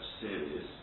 serious